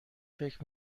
فکر